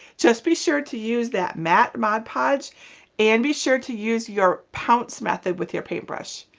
just be sure to use that matte mod podge and be sure to use your pounce method with your paint brush.